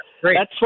great